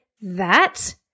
that-